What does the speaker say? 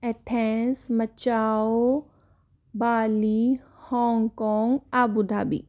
Athens Macau Bali Hong Kong Abu Dhabi